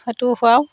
সেইটোও খুৱাওঁ